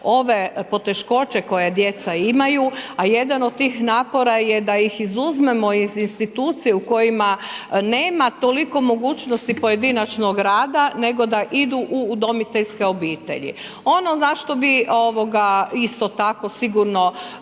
ove poteškoće koje djeca imaju, a jedan od tih napora je da ih izuzmemo iz institucija u kojima nema toliko mogućnosti pojedinačnog rada, nego da idu u udomiteljske obitelji. Ono na što bi isto tako sigurno